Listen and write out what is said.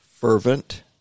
fervent